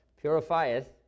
Purifieth